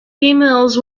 emails